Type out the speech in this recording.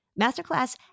Masterclass